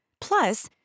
Plus